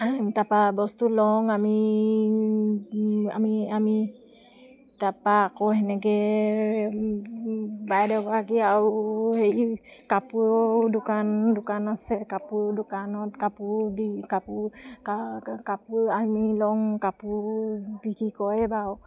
তাৰপৰা বস্তু লওঁ আমি আমি আমি তাৰপৰা আকৌ সেনেকৈ বাইদেউগৰাকী আৰু হেৰি কাপোৰৰো দোকান দোকান আছে কাপোৰৰ দোকানত কাপোৰ দি কাপোৰ কাপোৰ আমি লওঁ কাপোৰ বিক্ৰী কৰে বাৰু